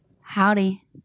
Howdy